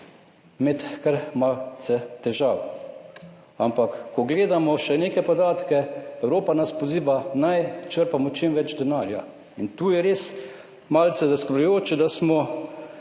imeti kar malce težav. Ampak ko gledamo še neke podatke, Evropa nas poziva, naj črpamo čim več denarja in tu je res malce zaskrbljujoče, da smo